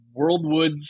Worldwoods